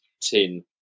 tin